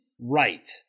right